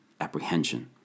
apprehension